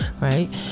right